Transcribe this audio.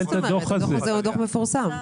הדוח הזה פורסם.